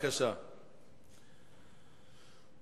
אני מבקש שתכניס אותי.